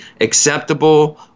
acceptable